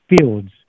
fields